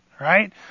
right